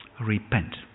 repent